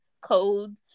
code